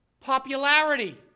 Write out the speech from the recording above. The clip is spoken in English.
popularity